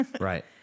Right